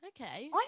okay